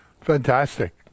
Fantastic